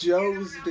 Joe's